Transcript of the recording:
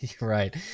right